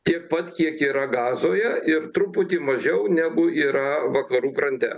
tiek pat kiek yra gazoje ir truputį mažiau negu yra vakarų krante